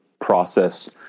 process